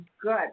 good